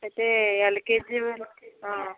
అయితే ఎల్కేజి వాళ్ళకి